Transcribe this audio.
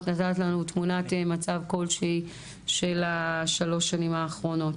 את נתת לנו תמונת מצב כלשהי של השלוש שנים האחרונות.